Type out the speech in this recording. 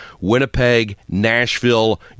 Winnipeg-Nashville